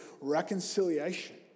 reconciliation